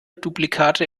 duplikate